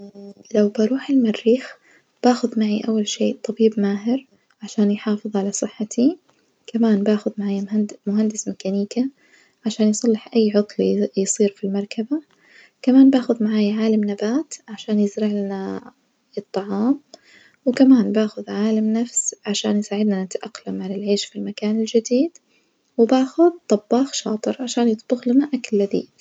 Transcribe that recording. لو بروح المريخ بأخذ معي أول شي طبيب ماهر عشان يحافظ على صحتي كمان بأخذ معايا مهند مهندس ميكانيكا عشان يصلح أي عطل ي يصير في المركبة، كمان بأخذ معايا عالم نبات عشان يزرعلنا الطعام وكمان بأخذ عالم نفس عشان يساعدنا نتأقلم على العيش في المكان الجديد، وبأخذ طباخ شاطر عشان يطبخلنا أكل جديد.